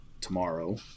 tomorrow